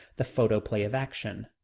the photoplay of action.